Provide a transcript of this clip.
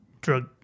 drug